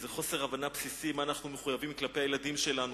זה חוסר הבנה בסיסי מה אנחנו מחויבים כלפי הילדים שלנו.